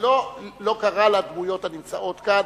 לא קרה לדמויות הנמצאות כאן.